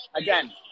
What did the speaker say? Again